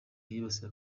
yibasiye